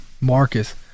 Marcus